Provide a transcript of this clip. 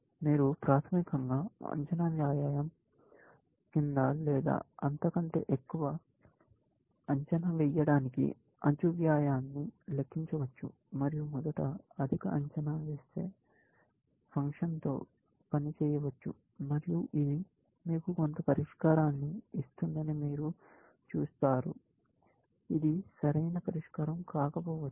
మీరు ప్రాథమికంగా అంచనా వ్యయం కింద లేదా అంతకంటే ఎక్కువ అంచనా వేయడానికి అంచు వ్యయాన్ని లైకించవచ్చు మరియు మొదట అధిక అంచనా వేసే ఫంక్షన్తో పని చేయవచ్చు మరియు ఇది మీకు కొంత పరిష్కారాన్ని ఇస్తుందని మీరు చూస్తారు ఇది సరైన పరిష్కారం కాకపోవచ్చు